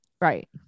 Right